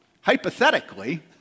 Hypothetically